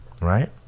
right